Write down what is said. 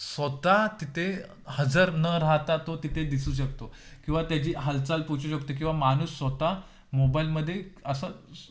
स्वतः तिथे हजर न राहता तो तिथे दिसू शकतो किंवा त्याची हालचाल पोहचू शकतो किंवा माणूस स्वतः मोबाईलमध्ये असं